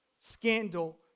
scandal